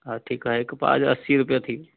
हा ठीकु आहे हिकु पाउ जो असी रुपया थी